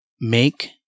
make